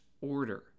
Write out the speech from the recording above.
order